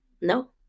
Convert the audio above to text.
No